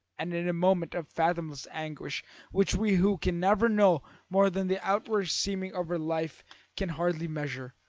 and in a moment of fathomless anguish which we who can never know more than the outward seeming of her life can hardly measure,